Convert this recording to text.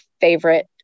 favorite